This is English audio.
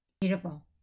Beautiful